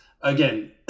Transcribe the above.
again